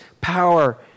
power